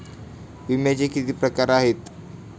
विम्याचे किती प्रकार आहेत?